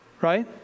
Right